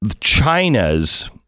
China's